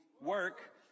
work